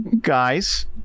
Guys